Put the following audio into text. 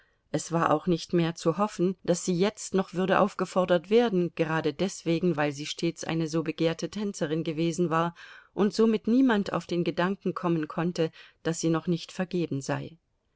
es war auch nicht mehr zu hoffen daß sie jetzt noch würde aufgefordert werden gerade deswegen weil sie stets eine so begehrte tänzerin gewesen war und somit niemand auf den gedanken kommen konnte daß sie noch nicht vergeben sei